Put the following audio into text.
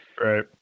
Right